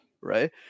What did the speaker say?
right